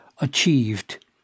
achieved